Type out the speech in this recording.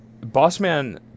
Bossman